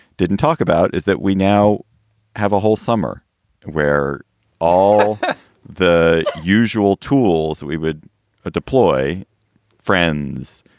didn't talk about is that we now have a whole summer where all the usual tools, we would ah deploy friends,